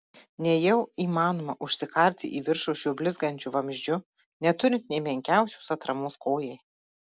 nejau įmanoma užsikarti į viršų šiuo blizgančiu vamzdžiu neturint nė menkiausios atramos kojai